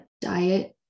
diet